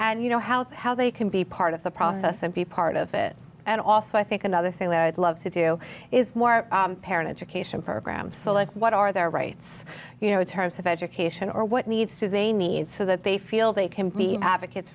and you know how how they can be part of the process and be part of it and also i think another thing that i'd love to do is more parent education programs so that what are their rights you know terms of education or what needs to they need so that they feel they can be advocates